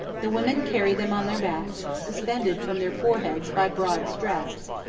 the women carry them on their backs, suspended from their foreheads by broad straps,